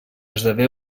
esdevé